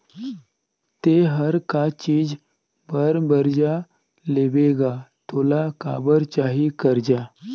ते हर का चीच बर बरजा लेबे गा तोला काबर चाही करजा